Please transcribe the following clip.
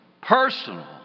personal